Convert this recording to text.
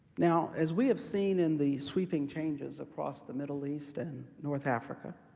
now, as we have seen in the sweeping changes across the middle east and north africa,